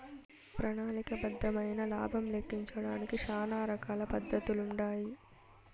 ప్రణాళిక బద్దమైన లాబం లెక్కించడానికి శానా రకాల పద్దతులుండాయి